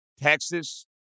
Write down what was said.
Texas